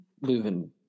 moving